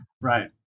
Right